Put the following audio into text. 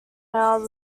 now